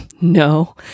No